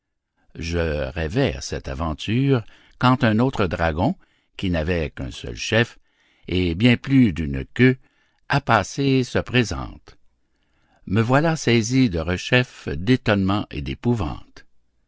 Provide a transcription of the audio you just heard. je rêvais à cette aventure quand un autre dragon qui n'avait qu'un seul chef et bien plus d'une queue à passer se présente me voilà saisi derechef d'étonnement et d'épouvante